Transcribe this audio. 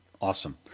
awesome